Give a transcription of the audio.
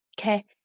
Okay